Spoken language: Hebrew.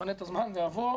אפנה את הזמן ואבוא.